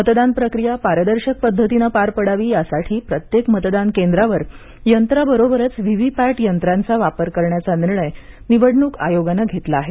मतदान प्रक्रिया पारदर्शक पद्धतीनं पार पडावी यासाठी प्रत्येक मतदान केंद्रावर मतदान यंत्रा बरोबरच व्ही व्ही पॅट यंत्रांचा वापर करण्याचा निर्णय निवडणूक आयोगानं घेतला आहे